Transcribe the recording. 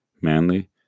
manly